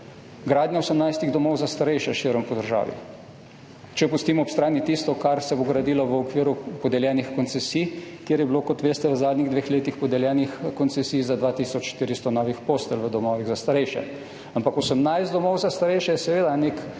gradnja 18 domov za starejše širom po državi, če pustimo ob strani tisto, kar se bo gradilo v okviru podeljenih koncesij, kjer je bilo, kot veste, v zadnjih dveh letih podeljenih koncesij za 2 tisoč 400 novih postelj v domovih za starejše. Ampak 18 domov za starejše je seveda nek